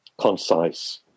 concise